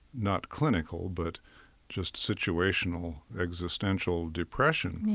not clinical, but just situational, existential depression, yeah,